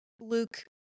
Luke